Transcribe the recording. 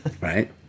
right